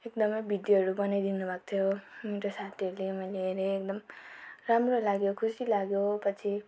एक नम्बर भिडियोहरू बनाइदिनु भएको थियो अन्त साथीहरूले मैले हेरेँ एकदम राम्रो लाग्यो खुसी लाग्यो पछि